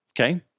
okay